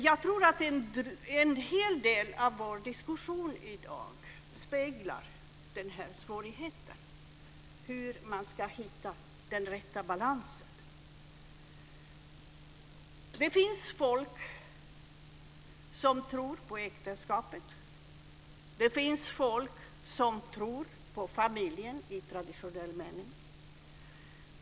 Jag tror att en hel del av vår diskussion i dag speglar svårigheten att hitta den rätta balansen. Det finns folk som tror på äktenskapet. Det finns folk som tror på familjen i traditionell mening.